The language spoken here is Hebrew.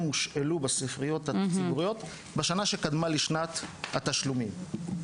הושאלו בספריות הציבוריות בשנה שקדמה לשנת התשלומים.